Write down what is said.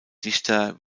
dichter